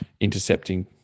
intercepting